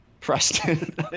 Preston